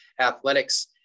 athletics